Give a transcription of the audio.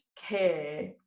care